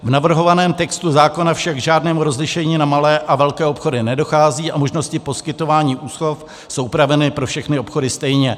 V navrhovaném textu zákona však k žádnému rozlišení na malé a velké obchody nedochází a možnosti poskytování úschov jsou upraveny pro všechny obchody stejně.